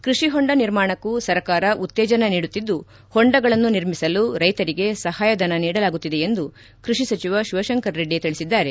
ಕೃಷಿಹೊಂಡ ನಿರ್ಮಾಣಕ್ಕೂ ಸರ್ಕಾರ ಉತ್ತೇಜನ ನೀಡುತ್ತಿದ್ದು ಹೊಂಡಗಳನ್ನು ನಿರ್ಮಿಸಲು ರೈತರಿಗೆ ಸಹಾಯಧನ ನೀಡಲಾಗುತ್ತಿದೆ ಎಂದು ಕೃಷಿ ಸಚಿವ ಶಿವಶಂಕರ ರೆಡ್ಡಿ ತಿಳಿಸಿದ್ದಾರೆ